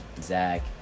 Zach